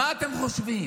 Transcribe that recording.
מה אתם חושבים,